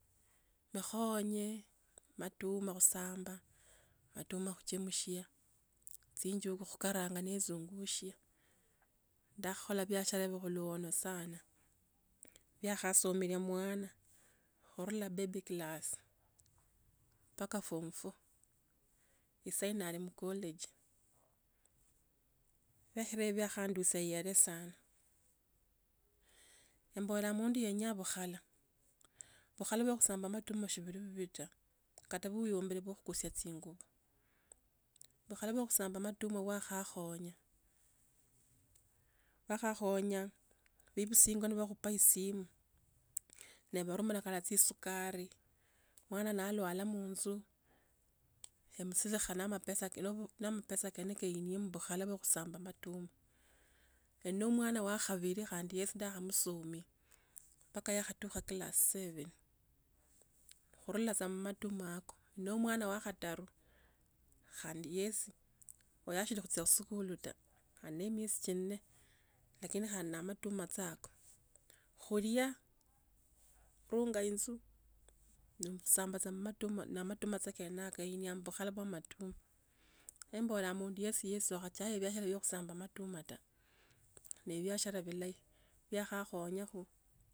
Mikhonyi matuma khusamba, matuma khuchemushia, tsinjuku khukaranga nizungushia, ndakhakholakho biashara ibo khuluono sana ,biakhasomilia omwana, khurura baby class paka form four. Isaino alimu college ebiokhulia bino biakhandusia yala sana, embolanga mundu yenyanya bukhiala, bukhala bwa khusamba amatuma shipiro bibita, bukata bu yomberepo kutsia tsi ngubu, bukhala ba kusamba matumo bwa khakhonye, bakakhonye be busingo ne bakhakhuba esimu ne barumila kate ke sukari. Mwana na alwala munzu, emusilikha khana na mapesa kilokho na omapesa kene heinie mubukhala buso khasamba omatuma. Eno omwana wa khabili khandi yesi ndakhamusoma, mpaka yakhatukha class sephen khulala tsa khumatuma ako ndi nomwana wa khataru khandi yesi asili khutsia khusikulu ta alina miesi tsinne lakini khandi na amatuma tsa ako khulia khurunga inu enionga tsa mubskhala ma tuma na amatuma sekenakhai nyambukhalapai amatuma. Embola omundu yesiyesi orachiaya biashara bio khusamba amatuma ta, ne biashara bulahi, khu ya khakhonya khu.